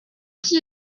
qui